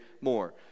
more